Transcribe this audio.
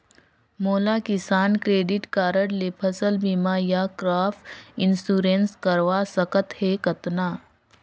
मोला किसान credit card ले फसल बीमा या क्रॉप इंश्योरेंस करवा सकथ हे कतना?